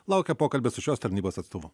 laukia pokalbis su šios tarnybos atstovu